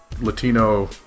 Latino